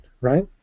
right